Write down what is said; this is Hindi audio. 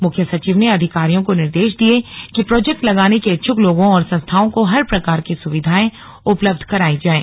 मुख्य सचिव ने अधिकारियों को निर्देश दिये कि प्रोजेक्ट लगाने के इच्छुक लोगों और संस्थाओं को हर प्रकार की सुविधाएं उपलब्ध करायी जाएं